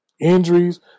Injuries